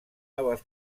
noves